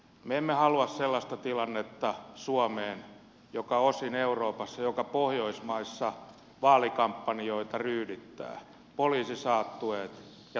me emme halua sellaista tilannetta suomeen joka osin euroopassa ja joka pohjoismaissa vaalikampanjoita ryydittää poliisisaattueita ja turvamiehiä